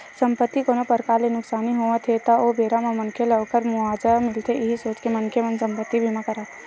संपत्ति कोनो परकार ले नुकसानी होवत हे ता ओ बेरा म मनखे ल ओखर मुवाजा मिलथे इहीं सोच के मनखे मन संपत्ति बीमा कराथे